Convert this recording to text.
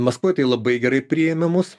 maskvoj tai labai gerai priėmė mus